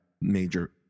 major